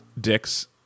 dicks